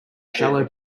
shallow